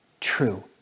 true